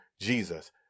Jesus